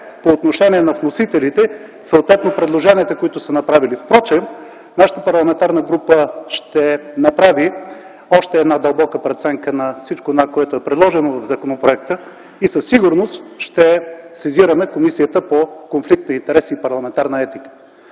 по отношение на вносителите, съответно предложенията, които са направили. Впрочем нашата парламентарна група ще направи още една дълбока преценка на всичко онова, което е предложено в законопроекта и със сигурност ще сезираме Комисията за борба с корупцията и конфликт на интереси и парламентарна етика.